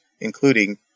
including